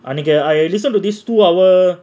அன்னைக்கு:annaikku I listen to these two hour